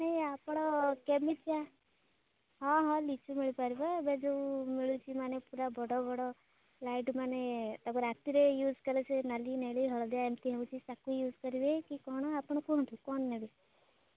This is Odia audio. ନାଇଁ ଆପଣ କେମିତିଆ ହଁ ହଁ ଲିଚୁ ମିଳିପାରିବ ଏବେ ଯେଉଁ ମିଳୁଛି ମାନେ ପୁରା ବଡ଼ ବଡ଼ ଲାଇଟ୍ ମାନେ ତା'କୁ ରାତିରେ ୟୁଜ୍ କଲେ ସେ ନାଲି ନେଲି ହଳଦିଆ ଏମିତି ହେଉଛି ତା'କୁ ୟୁଜ୍ କରିବେ କି କ'ଣ ଆପଣ କୁହନ୍ତୁ କ'ଣ ନେବେ